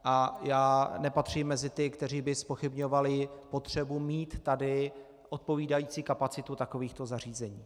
A já nepatřím mezi ty, kteří by zpochybňovali potřebu mít tady odpovídající kapacitu takovýchto zařízení.